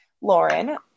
Lauren